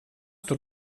tur